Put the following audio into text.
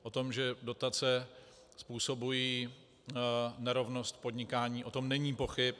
O tom, že dotace způsobují nerovnost podnikání, o tom není pochyb.